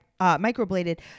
microbladed